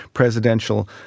presidential